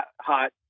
hot